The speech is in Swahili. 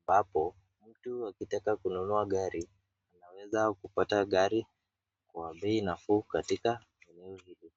ambapo mtu akitaka kununua gari anaweza kupata gari kwa bei nafuu katika eneo hili.